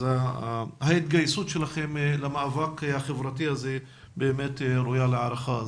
ההתגייסות שלכם למאבק החברתי הזה באמת ראויה להערכה.